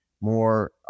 more